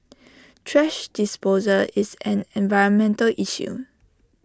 thrash disposal is an environmental issue